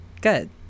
good